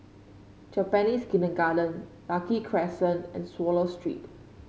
Japanese Kindergarten Lucky Crescent and Swallow Street